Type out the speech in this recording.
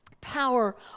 power